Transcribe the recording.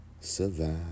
survive